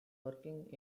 working